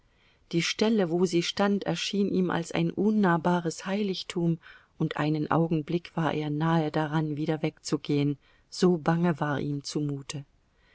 die stelle wo sie stand erschien ihm als ein unnahbares heiligtum und einen augenblick war er nahe daran wieder wegzugehen so bange war ihm zumute